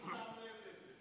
שם לב לזה.